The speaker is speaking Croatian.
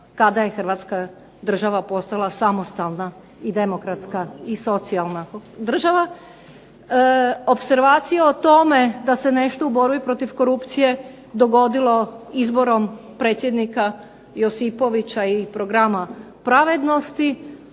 kada je Hrvatska država postala samostalna i demokratska i socijalna država. Opservacije o tome da se nešto u borbi protiv korupcije dogodilo izborom predsjednika Josipovića i programa pravednosti.